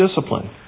discipline